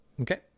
Okay